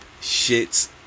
shit's